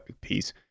piece